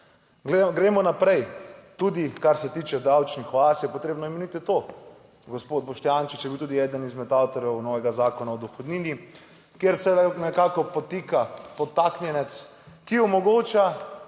Gremo naprej. Tudi kar se tiče davčnih oaz je potrebno omeniti to, gospod Boštjančič je bil tudi eden izmed avtorjev novega Zakona o dohodnini, kjer se nekako podtika podtaknjenec, ki omogoča,